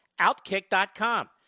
Outkick.com